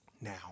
Now